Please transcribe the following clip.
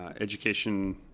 education